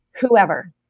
whoever